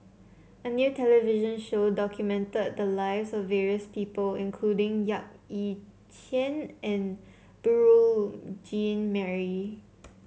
a new television show documented the lives of various people including Yap Ee Chian and Beurel Jean Marie